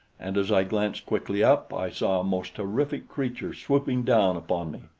and as i glanced quickly up, i saw a most terrific creature swooping down upon me.